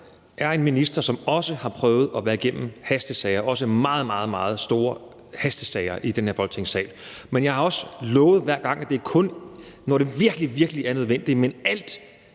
er en minister, som også har prøvet at være igennem hastesager – også meget, meget store hastesager – i den her Folketingssal, men jeg har også lovet hver gang, at det kun sker, når det virkelig, virkelig er nødvendigt. Vi skal